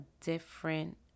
different